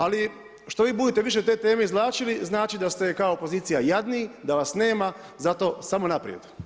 Ali što vi budete više te teme izvlačili, znači da ste kao opozicija jadni, da vas nema, zato samo naprijed.